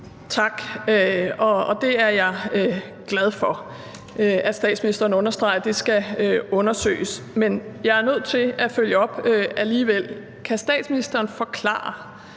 Tak. Jeg er glad for, at statsministeren understreger, at det skal undersøges. Men jeg er nødt til alligevel at følge op: Kan statsministeren forklare,